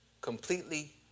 completely